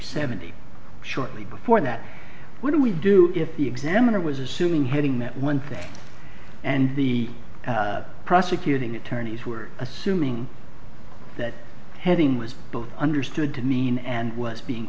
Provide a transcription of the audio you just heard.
seventy shortly before that what do we do if the examiner was assuming hitting that one thing and the prosecuting attorneys were assuming that heading was both understood to mean and was being